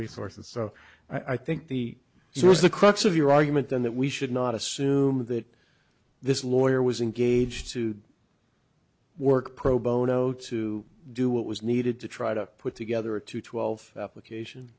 resources so i think the so was the crux of your argument then that we should not assume that this lawyer was engaged to worked pro bono to do what was needed to try to put together a two twelve placation